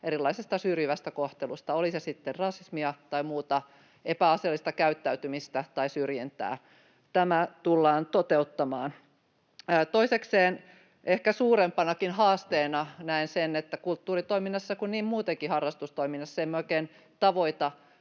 erilaisesta syrjivästä kohtelusta, oli se sitten rasismia tai muuta, epäasiallista käyttäytymistä tai syrjintää. Tämä tullaan toteuttamaan. Toisekseen, ehkä suurempanakin haasteena näen sen, että kulttuuritoiminnassa, niin kuin emme muutenkaan harrastustoiminnassa, emme oikein tavoita